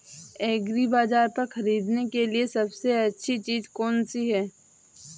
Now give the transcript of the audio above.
एग्रीबाज़ार पर खरीदने के लिए सबसे अच्छी चीज़ कौनसी है?